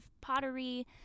pottery